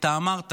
אתה אמרת